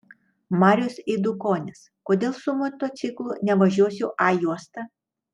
marius eidukonis kodėl su motociklu nevažiuosiu a juosta